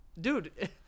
dude